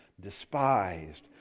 despised